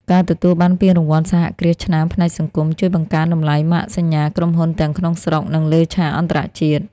ការទទួលបានពានរង្វាន់សហគ្រាសឆ្នើមផ្នែកសង្គម ជួយបង្កើនតម្លៃម៉ាកសញ្ញាក្រុមហ៊ុនទាំងក្នុងស្រុក និងលើឆាកអន្តរជាតិ។